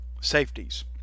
safeties